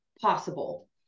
possible